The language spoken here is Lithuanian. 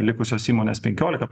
likusios įmonės penkiolika